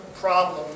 problem